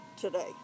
today